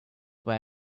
where